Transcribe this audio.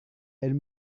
elle